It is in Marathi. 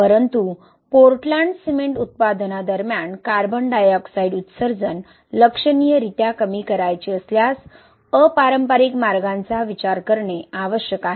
परंतु पोर्टलॅंड सिमेंट उत्पादनादरम्यान कार्बन डायऑक्साइड उत्सर्जन लक्षणीयरीत्या कमी करायचे असल्यास अपारंपरिक मार्गांचा विचार करणे आवश्यक आहे